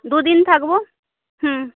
দুদিন থাকব হুম